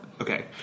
okay